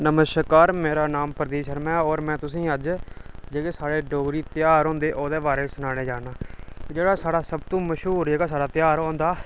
नमस्कार मेरा नाम प्रदीप शर्मा ऐ होर मैं तुसेंई अज्ज जेह्के साढ़े डोगरी धेयार औंदे ओह्दे बारे सनाना चाह्न्नां जेह्ड़ा साढ़ा सबतु मश्हूर जेह्का साढ़ा धेयार ओह् होंदा